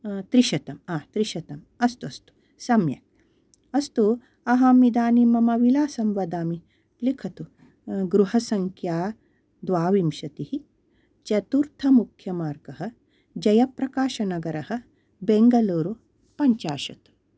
त्रिशतम् त्रिशतम् हा अस्तु सम्यक् अस्तु अहम् इदानीं मम विलासं वदामि लुखतु गृहसङ्ख्या द्वाविंशतिः चतुर्थमुख्यमार्गः जयप्रकाश नगरः बेङ्गलूरु पञ्चाशत्